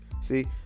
See